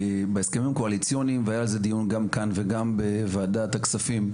בהסכמים הקואליציוניים והיה על זה דיון גם כאן וגם בוועדת הכספים,